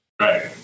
Right